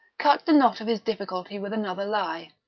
cut the knot of his difficulty with another lie.